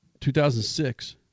2006